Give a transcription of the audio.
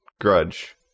grudge